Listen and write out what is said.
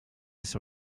sur